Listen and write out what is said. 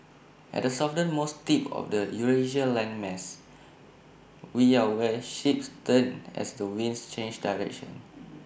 at the southernmost tip of the Eurasia landmass we are where ships turn as the winds change direction